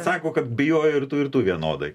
sako kad bijojo ir tų ir tų vienodai